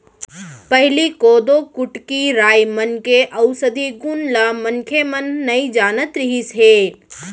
पहिली कोदो, कुटकी, राई मन के अउसधी गुन ल मनखे मन नइ जानत रिहिस हे